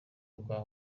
rwa